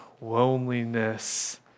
loneliness